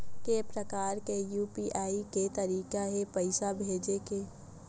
के प्रकार के यू.पी.आई के तरीका हे पईसा भेजे के?